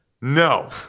No